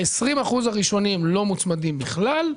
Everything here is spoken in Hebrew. לכן ה-20% הראשונים לא מוצמדים בכלל,